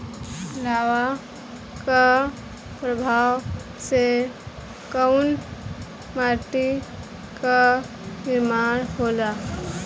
लावा क प्रवाह से कउना माटी क निर्माण होला?